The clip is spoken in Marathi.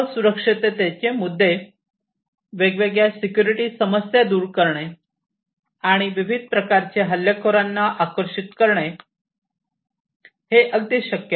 असुरक्षिततेचे मुद्दे वेगवेगळ्या सिक्युरिटी समस्या सादर करणे आणि विविध प्रकारचे हल्लेखोरांना आकर्षित करणे हे अगदी शक्य आहे